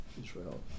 Israel